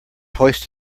hoist